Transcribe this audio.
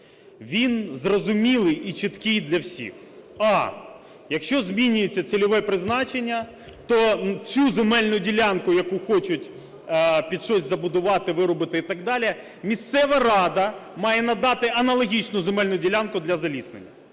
Він зрозумілий і чіткий для всіх: а) якщо змінюється цільове призначення, то цю земельну ділянку, яку хочуть під щось забудувати, виробити і так далі, місцева рада має надати аналогічну земельну ділянку для заліснення.